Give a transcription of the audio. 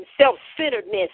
self-centeredness